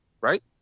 right